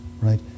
right